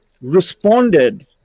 responded